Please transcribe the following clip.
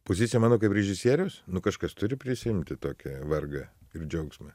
pozicija mano kaip režisieriaus nu kažkas turi prisiimti tokį vargą ir džiaugsmą